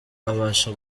abasha